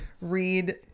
read